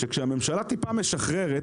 כשהממשלה טיפה משחררת,